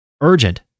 urgent